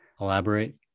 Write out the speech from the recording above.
elaborate